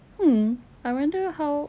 mm I wonder how